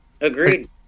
Agreed